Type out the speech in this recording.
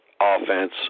offense